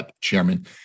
chairman